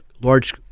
large